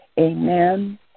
Amen